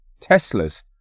Teslas